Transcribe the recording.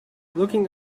looking